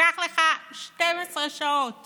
לקח לך 12 שעות